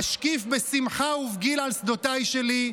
אשקיף בשמחה ובגיל על שדותיי שלי,